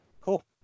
cool